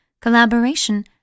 collaboration